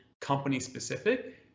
company-specific